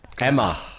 Emma